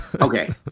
Okay